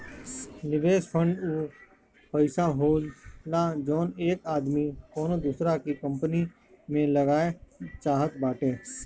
निवेस फ़ंड ऊ पइसा होला जउन एक आदमी कउनो दूसर की कंपनी मे लगाए चाहत बाटे